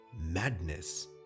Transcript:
madness